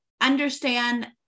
understand